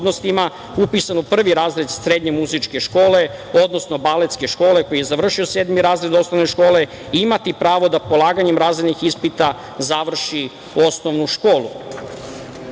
upisan u prvi razred srednje muzičke škole, odnosno baletske škole koji je završio sedmi razred osnovne škole imati pravo da polaganjem razrednih ispita završi osnovnu školu. Škola